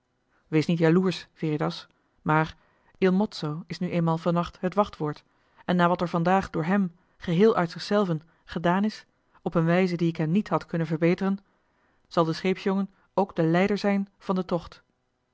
wees niet jaloersch veritas maar il mozzo is nu eenmaal vannacht het wachtwoord en na wat er vandaag door hem geheel uit zichzelven gedaan is op een wijze die ik hem niet had kunnen verbeteren zal de scheepsjongen ook de leider zijn van den tocht